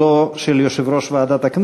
התיקונים כפי שפירט יושב-ראש הוועדה,